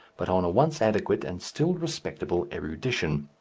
but on a once adequate and still respectable erudition.